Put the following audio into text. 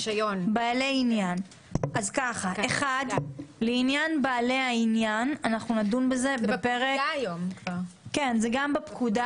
אז לעניין בעלי העניין זה גם בפקודה